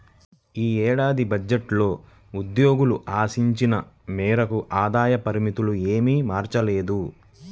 ఈ ఏడాది బడ్జెట్లో ఉద్యోగులు ఆశించిన మేరకు ఆదాయ పరిమితులు ఏమీ మార్చలేదు